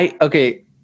Okay